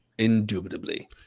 indubitably